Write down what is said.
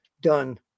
done